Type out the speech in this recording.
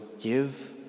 give